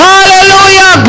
Hallelujah